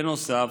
בנוסף